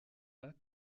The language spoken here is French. pas